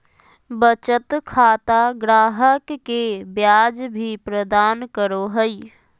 बचत खाता ग्राहक के ब्याज भी प्रदान करो हइ